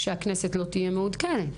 הכנסת לא תהיה מעודכנת.